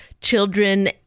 children